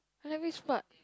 which part